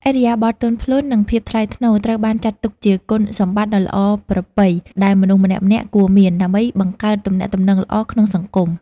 ឥរិយាបថទន់ភ្លន់ និងភាពថ្លៃថ្នូរត្រូវបានចាត់ទុកជាគុណសម្បត្តិដ៏ល្អប្រពៃដែលមនុស្សម្នាក់ៗគួរមាន ដើម្បីបង្កើតទំនាក់ទំនងល្អក្នុងសង្គម។